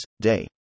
day